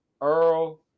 Earl